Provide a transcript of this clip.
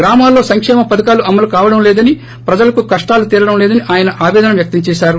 గ్రామాల్లో సంకేమ పథకాలు అమలుకావడం లేదని ప్రజలకు కష్ణాలు తీరడం లేదని ఆయన ఆపేదన వ్యక్తం చేసారు